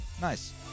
Nice